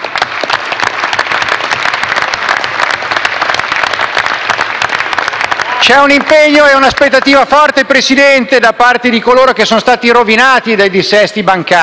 C'è un impegno e un'aspettativa forte, Presidente, da parte di coloro che sono stati rovinati dai dissesti bancari